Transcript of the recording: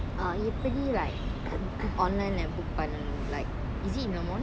uh எப்படி:eppadi like online lah book பண்ணனும்:pannanum like is it in the morning